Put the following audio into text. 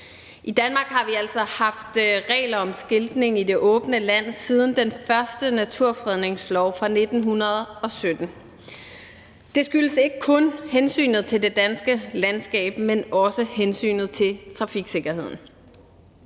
I Danmark har vi altså haft regler om skiltning i det åbne land siden den første naturfredningslov fra 1917. Det skyldes ikke kun hensynet til det danske landskab, men også hensynet til trafiksikkerheden.